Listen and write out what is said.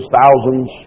thousands